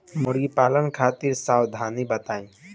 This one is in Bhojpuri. मुर्गी पालन खातिर सावधानी बताई?